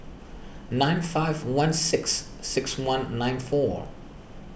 nine five one six six one nine four